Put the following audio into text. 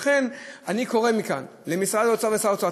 לכן אני קורא מכאן למשרד האוצר ושר האוצר,